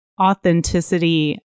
authenticity